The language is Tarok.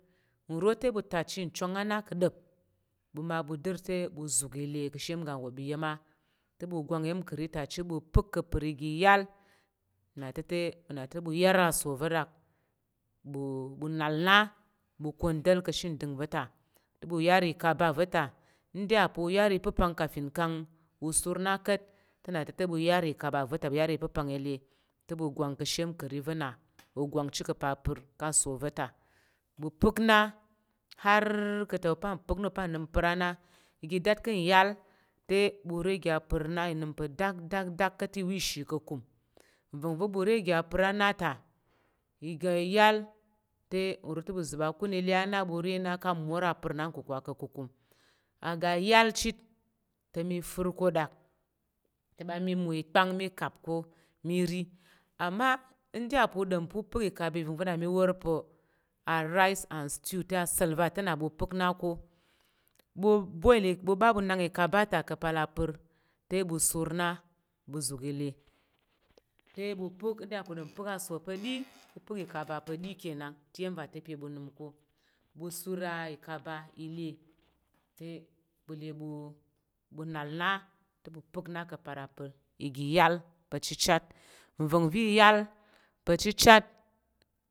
Nro te ɓu tachi nchwang ana ka̱ ɗap, ɓu ma ɓu dər te ɓu zuk i le ka̱ she iyang iga wop iya̱m a te wu gwang iya̱m ka̱ ri ta chit ɓu pək ka̱ pər iga yal na te te ɓu na te ɓu yar aso va̱ rak ɓu-ɓu nal na ɓu kwandal ka̱ shi ndəng va̱ ta te ɓu yar ka̱ ɓa va̱ ta nda ya pa̱ u yar i pipang kafing kang u sur na ka̱t te na tete ɓu ya kaba va̱ ta ɓu rayar ipepong i le te ɓu gwang ka̱ shi ka̱ ri va̱ na ugwang ci ka pang pək ka so va̱ ta ɓu pak na har ka to pang pak nu pang nəm pər ana iga dat ka̱ yal te wu rege a pər na inəm pa dak dak dak ka̱ te iwong ishi ka kum va̱ngva̱ ɓu rege a per ana ta iga iyal te wur tewu zip akun ilya na wu rena ka mor a per na kukwa ke kum aga yal chit te mi firko rak ta ɓa mi mo ikpang mi ka̱ ko mi ri amma in ɗi a pak dan pakpuk i ka̱ ɓi na mi war pa̱ a rice and stew te sal vate na wu pək na ko wu boil wuba wu nak icaba ta ko pa per te ɓu sur na ɓu zuk i le te ɓu pək nda ya pa̱ u ɗom pək aso ka̱ ɗi wu pək ka̱ ɓa paɗi ka̱ nang te iya̱m va te pa̱ ɓu nəm ko ɓu sur a i ka̱ ɓa ile te ɓu le ɓu ɓu nal na te ɓu pək na ka̱ pal a pər iga yal chichyat nva̱ngva̱ iyal pa̱ chichyat.